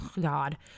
God